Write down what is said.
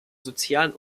sozialen